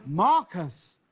marcus,